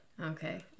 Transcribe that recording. Okay